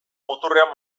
muturrean